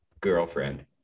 girlfriend